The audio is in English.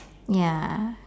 ya